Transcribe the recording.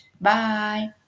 Bye